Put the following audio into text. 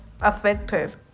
affected